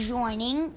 Joining